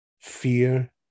Fear